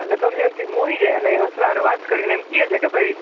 એટલે દમયંતી તો મોહી જાય અને એ હંસલા સાથે વાત કરીને એમ કહે છે કે ભાઈ